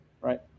right